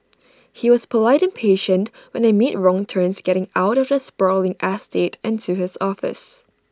he was polite and patient when I made wrong turns getting out of the sprawling estate and to his office